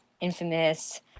infamous